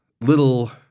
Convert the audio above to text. little